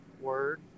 Word